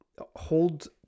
hold